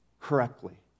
correctly